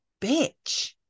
bitch